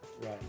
Right